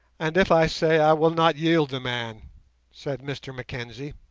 and if i say i will not yield the man said mr mackenzie.